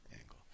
angle